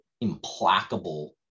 implacable